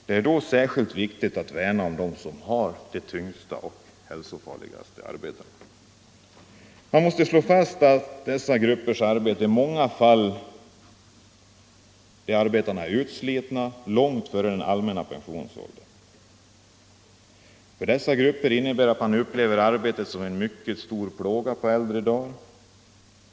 Det är då särskilt viktigt att värna om dem som har de tyngsta och hälsofarligaste arbetena. I dessa grupper är arbetarna i många fall utslitna långt före den allmänna pensionsåldern. Man upplever arbetet som en mycket stor plåga på äldre dar.